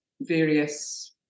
various